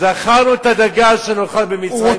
זכרנו את הדגה שנאכל במצרים.